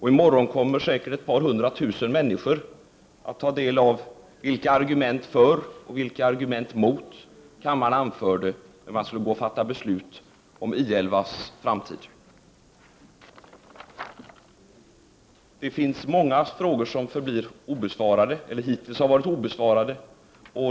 I morgon kommer säkert ett par hundra tusen människor att ta del av vilka argument för och vilka argument mot kammaren anförde när man skulle fatta beslut om I 11:s framtid. Många frågor har hittills blivit obesvarade.